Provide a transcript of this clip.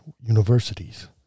universities